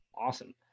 Awesome